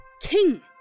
King